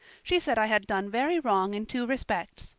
she said i had done very wrong in two respects.